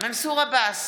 מנסור עבאס,